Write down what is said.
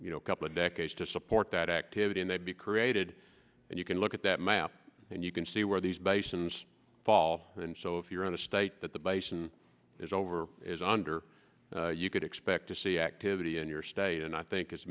you know couple of decades to support that activity and they'd be created and you can look at that map and you can see where these basins fall and so if you're in the state that the basin is over is under you could expect to see activity in your state and i think